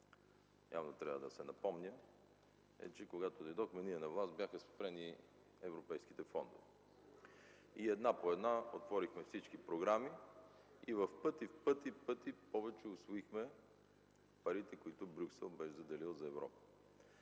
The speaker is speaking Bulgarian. явно трябва да се напомня, е, че когато ние дойдохме на власт, бяха спрени европейските фондове. Една по една отворихме всички програми и в пъти, в пъти повече усвоихме парите, които Брюксел беше заделил за Европа.